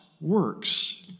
works